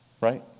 Right